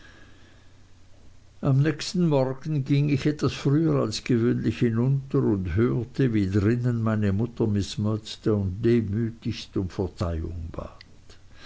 am nächsten morgen ging ich etwas früher als gewöhnlich hinunter und hörte wie drinnen meine mutter miß murdstone demütigst um verzeihung bat